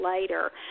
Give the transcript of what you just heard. later